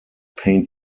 paint